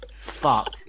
fuck